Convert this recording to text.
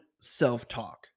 self-talk